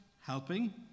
helping